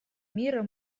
мира